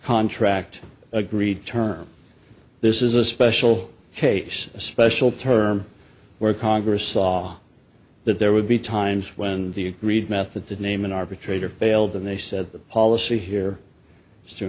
contract agreed terms this is a special case a special term where congress saw that there would be times when the read method to name an arbitrator failed them they said the policy here